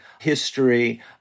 history